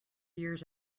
years